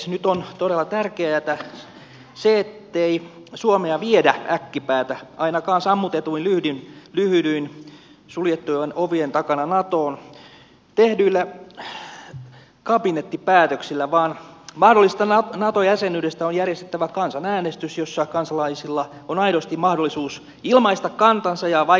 nyt on todella tärkeätä se ettei suomea viedä äkkipäätä ainakaan sammutetuin lyhdyin suljettujen ovien takana natoon tehdyillä kabinettipäätöksillä vaan mahdollisesta nato jäsenyydestä on järjestettävä kansanäänestys jossa kansalaisilla on aidosti mahdollisuus ilmaista kantansa ja vaikuttaa asiaan